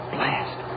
Blast